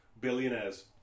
billionaires